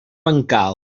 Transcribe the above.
bancal